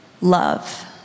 love